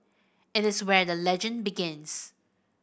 it is where the legend begins